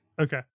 Okay